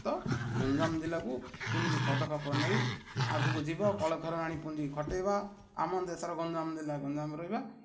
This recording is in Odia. ତ ଗଞ୍ଜାମ ଜିଲ୍ଲାକୁ କେମିତି ପଦକ୍ଷେପ ନେଇ ଆଗକୁ ଯିବ କଳକାରଖାନା ଆଣି ପୁଞ୍ଜି ଖଟେଇବା ଆମ ଦେଶର ଗଞ୍ଜାମ ଜିଲ୍ଲା